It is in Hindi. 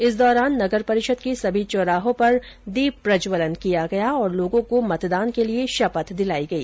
इस दौरान नगर परिषद के सभी चौराहों पर दीप प्रज्जवलन किया गया और लोगों को मतदान के लिए शपथ दिलाई गई